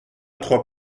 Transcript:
trois